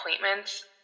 appointments